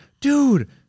dude